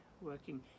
working